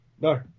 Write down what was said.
No